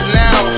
now